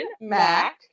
Mac